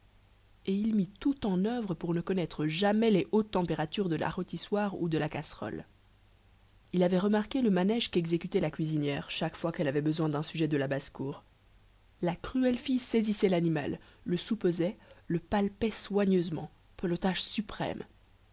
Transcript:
et il mit tout en oeuvre pour ne connaître jamais les hautes températures de la rôtissoire ou de la casserole il avait remarqué le manège quexécutait la cuisinière chaque fois quelle avait besoin dun sujet de la basse-cour la cruelle fille saisissait lanimal le soupesait le palpait soigneusement pelotage suprême